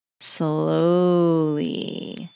slowly